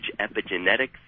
epigenetics